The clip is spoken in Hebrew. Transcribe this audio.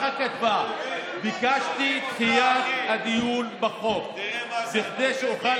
כך היא כתבה: ביקשתי דחיית דיון בהצעת החוק כדי שאוכל